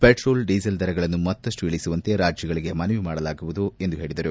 petrol diesel ದರಗಳನ್ನು ಮತ್ತಷ್ಟು ಇಳಿಸುವಂತೆ ರಾಜ್ಯಗಳಿಗೆ ಮನವಿ ಮಾಡಲಾಗುವುದು ಎಂದು ಹೇಳಿದರು